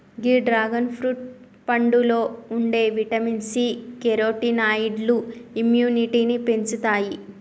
గీ dragon fruit పండులో ఉండే vitamin C, కెరోటినాయిడ్లు ఇమ్యునిటీని పెంచుతాయి